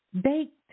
baked